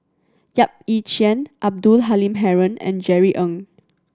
Yap Ee Chian Abdul Halim Haron and Jerry Ng